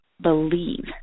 believe